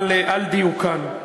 על דיוקן.